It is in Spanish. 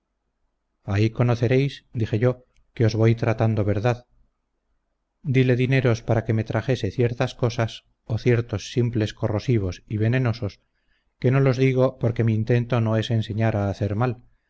ahí conoceréis dije yo que os voy tratando verdad dile dineros para que me trajese ciertas cosas o ciertos simples corrosivos y venenosos que no los digo porque mi intento no es enseñar a hacer mal